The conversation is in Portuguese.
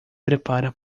prepara